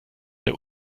der